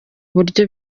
buryo